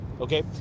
Okay